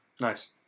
Nice